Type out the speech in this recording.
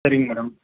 சரிங்க மேடம்